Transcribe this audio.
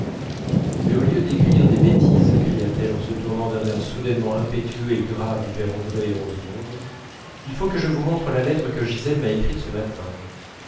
mais au lieu d'écrire des bêtises cria-t-elle en se tournant d'un air impétueux et grave vers andrée et rosemonde il faut que je vous montre la lettre que gisèle m'a écrite ce matin